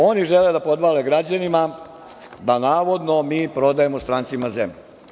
Oni žele da podvale građanima da navodno mi prodajemo strancima zemlju.